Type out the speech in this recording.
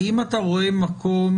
האם אתה רואה מקום